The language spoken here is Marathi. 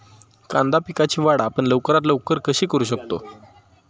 कांदा पिकाची वाढ आपण लवकरात लवकर कशी करू शकतो?